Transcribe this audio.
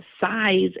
size